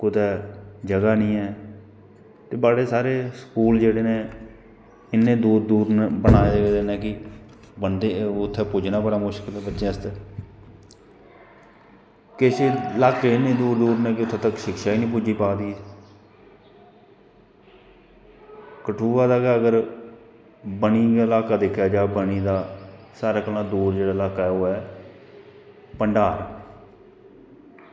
कुतै जगह नी ऐ ते बड़े सारे स्कूल जेह्ड़े नै इन्ने दूर दूर नै बनाए दे कि उत्थें पुज्जना बड़ा मुश्कल ऐ बच्चें आस्तै कुछ इलाके इन्नै दूर दूर कि उत्थें तक शिक्षा ई नी पुज्जी पा दी कठुआ दा गै अगर बनी दा इलाका दिक्खेा जा बनी दा सारें कोला दूर जेह्ड़ा लाह्का ऐ ओह् ऐ भंडार